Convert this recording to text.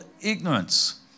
ignorance